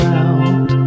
out